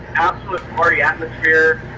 absolute party atmosphere.